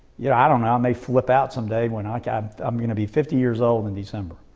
you know, i don't know. i may flip out some day when like i'm um going to be fifty years old in december.